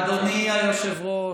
אדוני היושב-ראש,